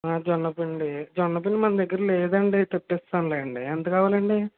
జొన్న పిండి జొన్న పిండి మన దగ్గర లేదు అండి తెప్పిస్తానులేండి ఎంత కావాలండి